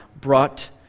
brought